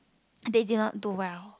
they did not do well